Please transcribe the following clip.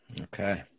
Okay